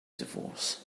divorce